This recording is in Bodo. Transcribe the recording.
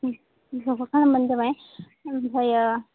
ओ एक्सारसाइज खालामनानै जाबाय ओमफायो